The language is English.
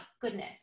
goodness